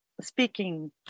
speaking